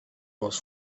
was